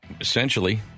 essentially